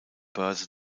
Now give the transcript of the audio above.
börse